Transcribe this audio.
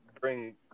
bring